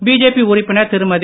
BJP உறுப்பினர் திருமதி